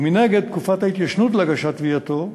ומנגד, תקופת ההתיישנות להגשת תביעתו,